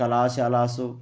कलाशालासु